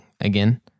again